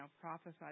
prophesied